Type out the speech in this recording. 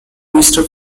minister